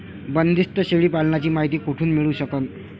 बंदीस्त शेळी पालनाची मायती कुठून मिळू सकन?